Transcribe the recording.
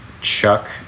Chuck